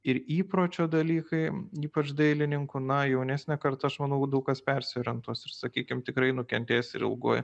ir įpročio dalykai ypač dailininkų na jaunesnė karta aš manau daug kas persiorientuos ir sakykim tikrai nukentės ir ilguoju